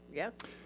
yes?